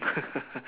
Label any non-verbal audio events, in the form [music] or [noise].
[laughs]